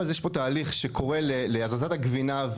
אבל יש פה תהליך שקורה להזזת הגבינה,